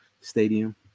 Stadium